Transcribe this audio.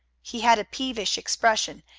he had a peevish expression,